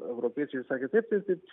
europiečiai sakė taip taip taip